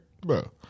Bro